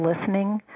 listening